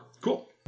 Cool